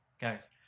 guys